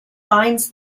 finds